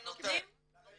הם נותנים היום?